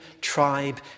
tribe